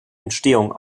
entstehung